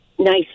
Nice